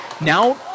Now